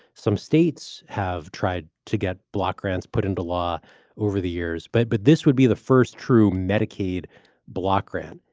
some states have tried to get block grants put into law over the years. but but this would be the first true medicaid block grant.